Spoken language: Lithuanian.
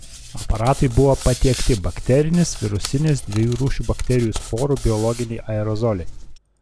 aparatui buvo patiekti bakterinis virusinis dviejų rūšių bakterijų sporų biologiniai aerozoliai